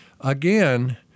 again